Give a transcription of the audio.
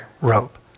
rope